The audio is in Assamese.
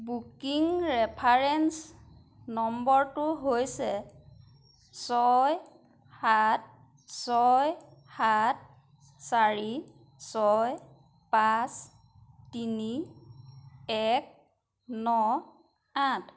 বুকিং ৰেফাৰেঞ্চ নম্বৰটো হৈছে ছয় সাত ছয় সাত চাৰি ছয় পাঁচ তিনি এক ন আঠ